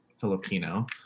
Filipino